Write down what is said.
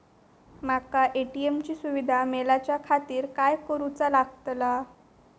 माका ए.टी.एम ची सुविधा मेलाच्याखातिर काय करूचा लागतला?